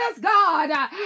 God